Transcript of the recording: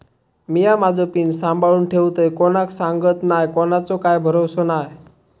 मिया माझो पिन सांभाळुन ठेवतय कोणाक सांगत नाय कोणाचो काय भरवसो नाय